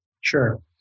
Sure